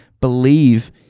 believe